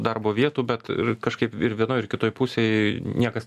darbo vietų bet kažkaip ir vienoj ir kitoj pusėj niekas